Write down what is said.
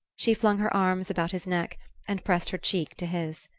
she flung her arms about his neck and pressed her cheek to his.